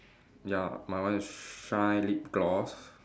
ya my one is shine lip gloss